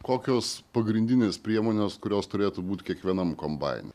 kokios pagrindinės priemonės kurios turėtų būt kiekvienam kombaine